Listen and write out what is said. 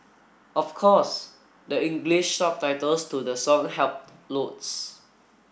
of course the English subtitles to the song helped loads